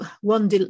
one